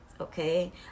okay